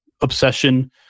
obsession